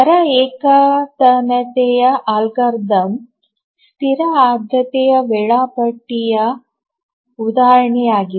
ದರ ಏಕತಾನತೆಯ ಅಲ್ಗಾರಿದಮ್ ಸ್ಥಿರ ಆದ್ಯತೆಯ ವೇಳಾಪಟ್ಟಿಯ ಉದಾಹರಣೆಯಾಗಿದೆ